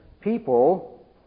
people